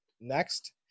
next